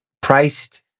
priced